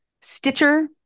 stitcher